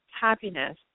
happiness